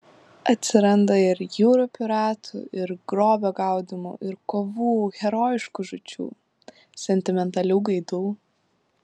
atsiranda ir jūrų piratų ir grobio gaudymo ir kovų herojiškų žūčių sentimentalių gaidų